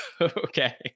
okay